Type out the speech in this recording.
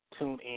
TuneIn